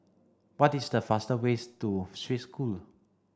what is the fastest ways to Swiss School